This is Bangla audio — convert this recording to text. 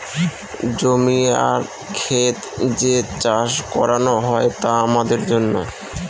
জমি আর খেত যে চাষ করানো হয় তা আমাদের জন্য